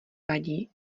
vadí